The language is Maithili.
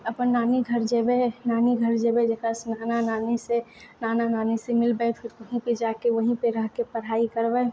अपन नानी घर जेबै नानी घर जेबै जकरासँ नाना नानी से नाना नानी से मिलबै फेर वहीँ पे जाके वहीँ पे रहके पढ़ाइ करबै